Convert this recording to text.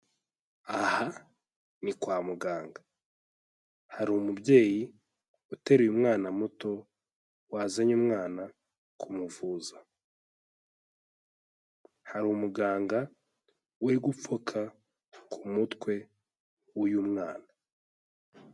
Aha ni kwa muganga, hari umubyeyi uteruye umwana muto wazanye umwana kumuvuza, hari umuganga uri gupfuka ku mutwe w'uyu mwana.